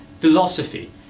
philosophy